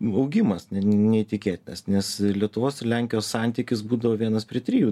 vogimas neįtikėtinas nes lietuvos ir lenkijos santykius būdavo vienas prie trijų